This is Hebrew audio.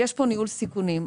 יש פה ניהול סיכונים.